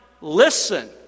listen